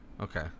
Okay